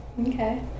Okay